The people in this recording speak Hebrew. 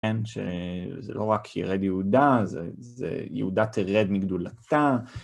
כן, שזה לא רק ירד יהודה, זה יהודה תרד מגדולתה.